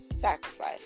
sacrifice